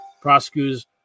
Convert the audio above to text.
Prosecutors